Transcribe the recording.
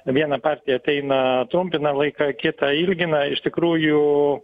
viena partija ateina trumpina laiką kita ilgina iš tikrųjų